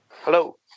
Hello